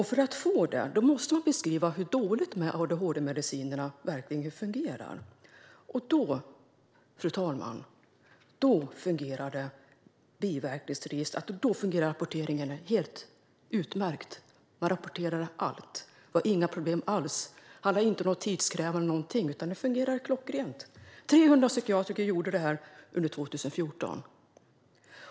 För att få det måste de beskriva hur dåligt adhd-medicinerna verkligen fungerar. Fru talman! Då fungerade biverkningsregistret och rapporteringen helt utmärkt. De rapporterade allt. Det var inga problem alls. Det handlade inte om att det var tidskrävande eller någonting, utan det fungerade klockrent. Det var 300 psykiatriker som gjorde det under 2014.